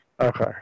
Okay